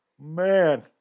man